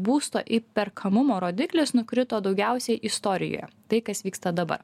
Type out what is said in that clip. būsto įperkamumo rodiklis nukrito daugiausiai istorijoje tai kas vyksta dabar